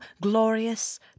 glorious